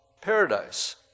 paradise